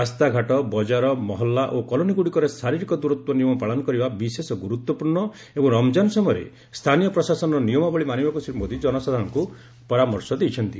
ରାସ୍ତାଘାଟ ବଜାର ମହଲ୍ଲା ଓ କଲୋନୀଗୁଡ଼ିକରେ ଶାରୀରିକ ଦୂରତ୍ୱ ନିୟମ ପାଳନ କରିବା ବିଶେଷ ଗୁରୁତ୍ୱପୂର୍ଣ୍ଣ ଏବଂ ରମ୍ଜାନ ସମୟରେ ସ୍ଥାନୀୟ ପ୍ରଶାସନର ନିୟମାବଳୀ ମାନିବାକୃ ଶ୍ରୀ ମୋଦି ଜନସାଧାରଣଙ୍କୁ ପରାମର୍ଶ ଦେଇଛନ୍ତି